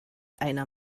einer